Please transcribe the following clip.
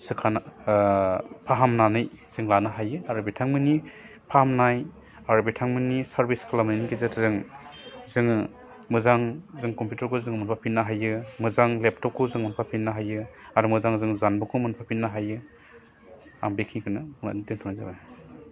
सोखाना फाहामनानै जों लानो हायो आरो बिथांमोननि फाहामनाय आर बिथांमोननि सारभिस खालामनायनि गेजेरजों जों मोजां जों कम्पिउटारखौ जों मोनफाफिननो हायो मोजां लेपटपखौ जों मोनफाफिननो हायो आर मोजां जों जानबुंखौ मोनफाफिननो हायो आं बिखिनिखौनो बुंनानै दोन्थ'नाय जाबाय